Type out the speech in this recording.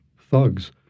thugs